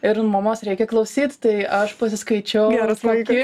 ir mamos reikia klausyt tai aš pasiskaičiau kokie